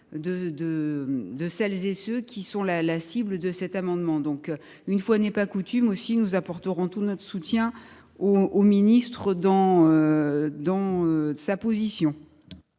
celles et ceux qui sont la cible de cet amendement ? Une fois n’est pas coutume, nous apporterons tout notre soutien au ministre. La parole